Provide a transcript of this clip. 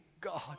God